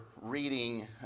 reading